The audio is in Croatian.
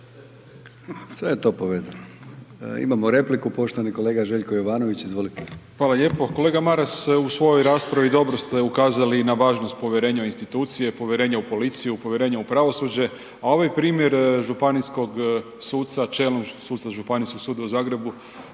što je pohvalno. Imamo repliku poštovani kolega Željko Jovanović. Izvolite. **Jovanović, Željko (SDP)** Hvala lijepo. Kolega Maras u svojoj raspravi dobro ste ukazali na važnost povjerenja u institucije, povjerenja u policiju, povjerenja u pravosuđe, a ovaj primjer županijskog suca, čelnog suca Županijskog suda u Zagrebu